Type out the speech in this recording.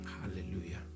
Hallelujah